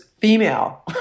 female